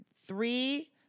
three